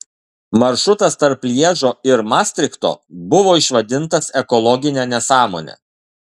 maršrutas tarp lježo ir mastrichto buvo išvadintas ekologine nesąmone